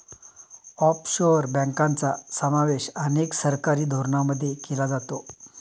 offshore बँकांचा समावेश अनेक सरकारी धोरणांमध्ये केला जातो